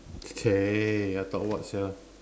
!chey! I thought what sia